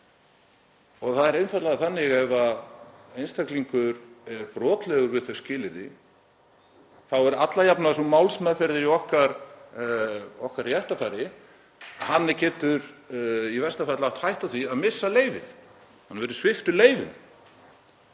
og það er einfaldlega þannig að ef einstaklingur er brotlegur við þau skilyrði þá er alla jafna sú málsmeðferð í okkar réttarfari að hann getur í versta falli átt hættu á því að missa leyfið, að hann verði sviptur leyfi.